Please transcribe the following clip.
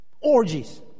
Orgies